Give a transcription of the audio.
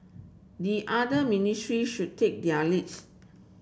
the other ministry should take their leads